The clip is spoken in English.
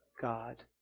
God